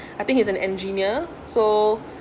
I think he's an engineer so